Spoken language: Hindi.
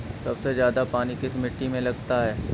सबसे ज्यादा पानी किस मिट्टी में लगता है?